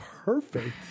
Perfect